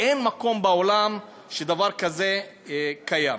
אין מקום בעולם שדבר כזה קיים.